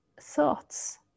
thoughts